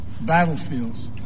battlefields